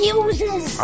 uses